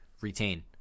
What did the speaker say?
retain